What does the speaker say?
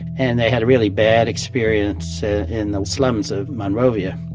and they had a really bad experience in the slums of monrovia.